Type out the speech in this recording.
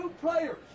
players